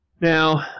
Now